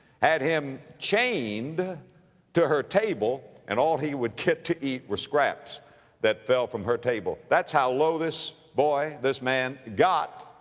had him chained to her table and all he would get to eat were scraps that fell from her table. that's how low this boy, this man got.